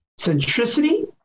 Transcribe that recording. centricity